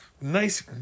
Nice